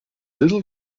little